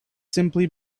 simply